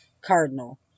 Cardinal